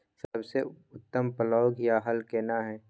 सबसे उत्तम पलौघ या हल केना हय?